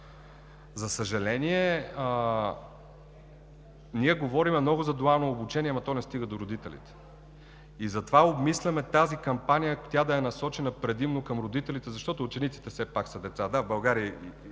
За съжаление, ние говорим много за дуално обучение, но то не стига до родителите. Затова обмисляме кампанията да е насочена предимно към родителите, защото учениците все пак са деца.